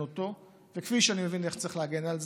אותו וכפי שאני מבין איך צריך להגן על זה.